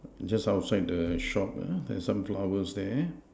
just outside the shop uh there's some flowers there